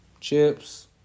chips